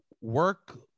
Work